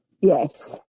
yes